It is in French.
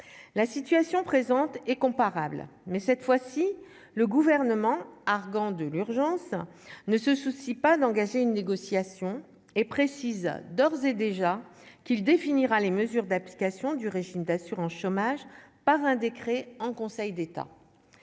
la situation présente est comparable, mais cette fois-ci le gouvernement, arguant de l'urgence ne se soucie pas d'engager une négociation et précise, a d'ores et déjà qu'il définira les mesures d'application du régime d'assurance chômage, par un décret en Conseil d'État,